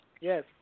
Yes